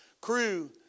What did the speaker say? crew